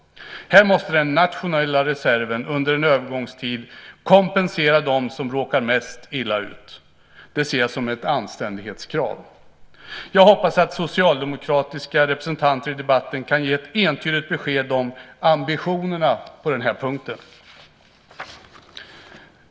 Här måste den nationella reserven under en övergångstid kompensera dem som råkar mest illa ut. Det ser jag som ett anständighetskrav. Jag hoppas att socialdemokratiska representanter i debatten kan ge ett entydigt besked om ambitionerna på den punkten.